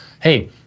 hey